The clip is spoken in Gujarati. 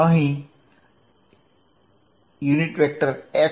અહીં x